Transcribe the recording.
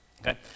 okay